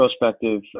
prospective